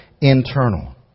internal